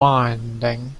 binding